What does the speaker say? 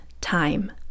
time